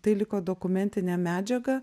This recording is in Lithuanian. tai liko dokumentinė medžiaga